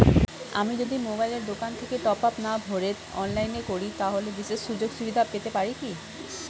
আমি যদি মোবাইলের দোকান থেকে টপআপ না ভরে অনলাইনে করি তাহলে বিশেষ সুযোগসুবিধা পেতে পারি কি?